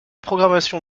programmation